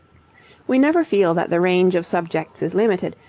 we never feel that the range of subjects is limited,